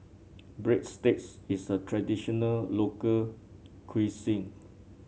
breadsticks is a traditional local cuisine